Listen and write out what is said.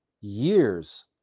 years